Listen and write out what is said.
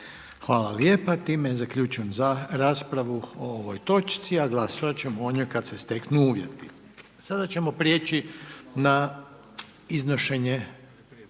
Hvala lijepa. Time zaključujem raspravu o ovoj točci, a glasovat ćemo o njoj kad se steknu uvjeti. **Jandroković, Gordan